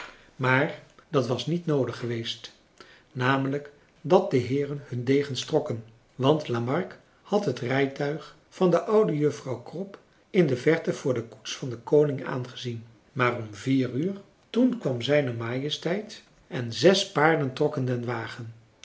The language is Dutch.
maar dat was niet noodig geweest namelijk dat de heeren hun degens trokken want lamark had het rijtuig van de oude juffrouw krop in de verte voor de koets van den koning aangezien maar om vier uur toen kwam z m en zes paarden trokken den wagen